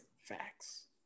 Facts